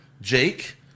Jake